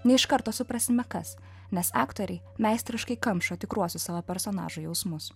nei iš karto suprasime kas nes aktoriai meistriškai kamšo tikruosius savo personažų jausmus